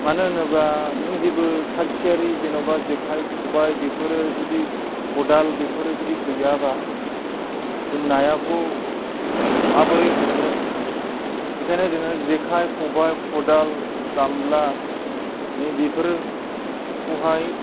मानो होनोबा नों जेबो थाख थियारि जेन'बा जेखाइ खबाय बेफोरो जुदि खदाल बेफोरो जुदि गैयाबा जों नायाखौ माबोरै हमनो बेखायनो जोङो जेखाइ खबाय खदाल गामला नै बेफोर खौहाय